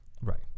right